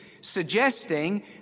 suggesting